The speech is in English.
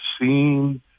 seen